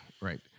Right